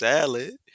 Salad